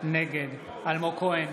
נגד אלמוג כהן,